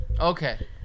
Okay